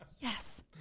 Yes